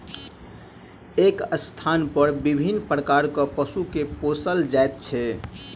एक स्थानपर विभिन्न प्रकारक पशु के पोसल जाइत छै